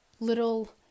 little